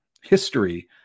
history